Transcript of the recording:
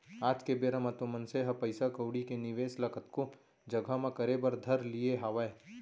आज के बेरा म तो मनसे ह पइसा कउड़ी के निवेस ल कतको जघा म करे बर धर लिये हावय